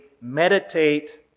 meditate